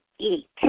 Eat